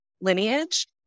lineage